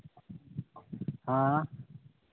हाँ